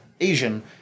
Asian